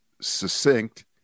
succinct